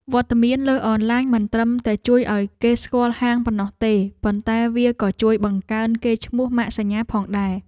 វត្តមានលើអនឡាញមិនត្រឹមតែជួយឱ្យគេស្គាល់ហាងប៉ុណ្ណោះទេ ប៉ុន្តែវាក៏ជួយបង្កើនកេរ្តិ៍ឈ្មោះម៉ាកសញ្ញាផងដែរ។